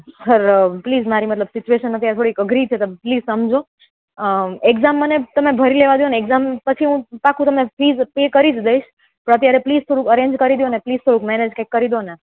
hello please મારી મતલબ situation અત્યારે થોડી અઘરી છે સર પ્લીઝ સમજો એક્ઝામ મને તમે ભરી લેવા દોને એક્ઝામ પછી પાક્કું હું ફિસ પે કરી જ દઈશ પ્લીઝ પણ અત્યારે થોડું અરેન્જ કરી દયોને પ્લીઝ મેનેજ કંઈક કરી દો ન